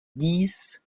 dix